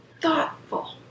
thoughtful